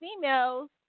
females